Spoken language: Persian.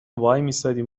وایمیستادیم